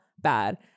bad